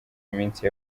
minsi